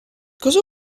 cosa